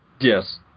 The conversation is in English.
Yes